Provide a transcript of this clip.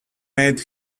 maid